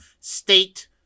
state